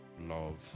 love